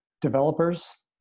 developers